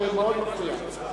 וזה מאוד מפריע.